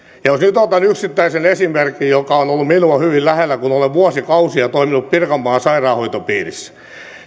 jos nyt otan yksittäisen esimerkin joka on ollut minua hyvin lähellä kun olen vuosikausia toiminut pirkanmaan sairaanhoitopiirissä